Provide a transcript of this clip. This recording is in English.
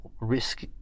risk